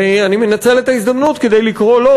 ואני מנצל את ההזדמנות כדי לקרוא לו